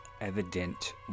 evident